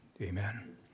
Amen